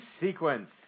sequence